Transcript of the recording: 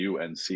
UNC